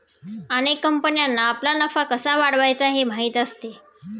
अनेक कंपन्यांना आपला नफा कसा वाढवायचा हे माहीत असते